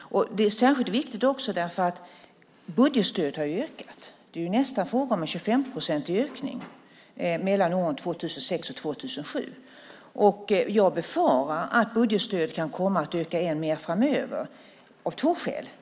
Detta är särskilt viktigt eftersom budgetstödet har ökat. Det har varit nästan en 25-procentig ökning mellan 2006 och 2007. Jag befarar att det kan komma att öka ännu mer framöver.